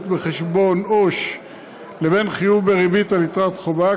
בחשבון עו"ש לבין חיוב בריבית על יתרת חובה,